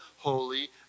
holy